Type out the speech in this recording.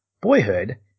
Boyhood